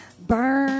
Burn